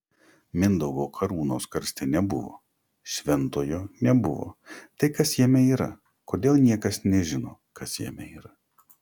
mindaugo karūnos karste nebuvo šventojo nebuvo tai kas jame yra kodėl niekas nežino kas jame yra